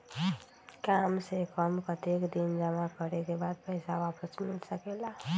काम से कम कतेक दिन जमा करें के बाद पैसा वापस मिल सकेला?